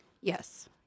Yes